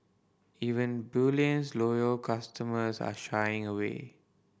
even bullion's loyal customers are shying away